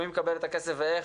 מי מקבל את הכסף ואיך,